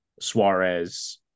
Suarez